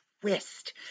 twist